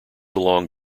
along